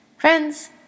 Friends